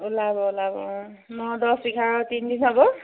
ওলাব ওলাব ন দহ এঘাৰ তিনিদিন হ'ব